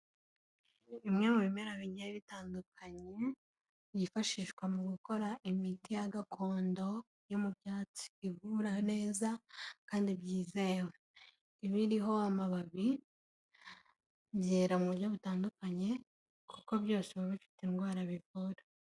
Bimwe mu bimera bigiye bitandukanye byifashishwa mu gukora imiti ya gakondo yo mu byatsi, ivura neza kandi byizewe, iba iriho amababi, byera mu buryo butandukanye, kuko byose biba bifite indwara bivura.